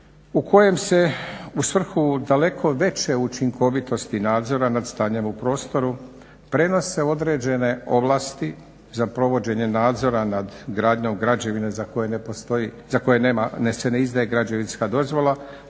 u kojem se u svrhu daleko veće učinkovitosti nadzora nad stanjem u prostoru prenose određene ovlasti za provođenje nadzora nad gradnjom građevine za koje se ne izdaje građevinska dozvola